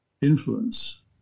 influence